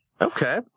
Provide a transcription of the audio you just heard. Okay